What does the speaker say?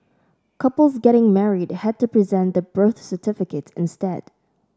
couples getting married had to present their birth certificates instead